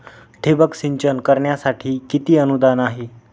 ठिबक सिंचन करण्यासाठी किती अनुदान आहे?